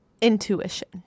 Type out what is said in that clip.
intuition